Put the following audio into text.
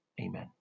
Amen